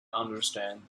understand